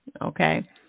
okay